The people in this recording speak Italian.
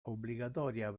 obbligatoria